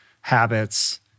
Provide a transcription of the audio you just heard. habits